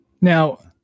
Now